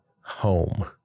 home